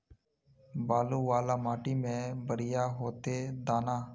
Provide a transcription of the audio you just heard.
बालू वाला माटी में बढ़िया होते दाना?